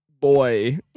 boy